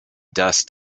dust